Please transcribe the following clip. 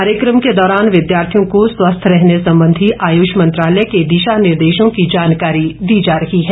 कार्यक्रम के दौरान विद्यार्थियों को स्वस्थ रहने संबंधी आयुष मंत्रालय के दिशा निर्देशों की जानकारी दी जा रही है